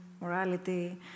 morality